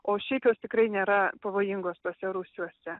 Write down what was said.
o šiaip jos tikrai nėra pavojingos tuose rūsiuose